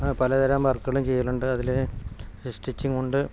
പലതരം വർക്കുകളും ചെയ്യലുണ്ട് അതിൽ സ്റ്റിച്ചിംങ്ങും ഉണ്ട്